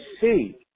see